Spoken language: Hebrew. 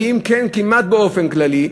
ואם כן כמעט באופן כללי,